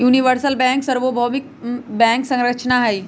universal bank सर्वभौमिक bank संरचना हई